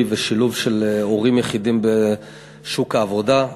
ובשילוב של הורים יחידים בשוק העבודה.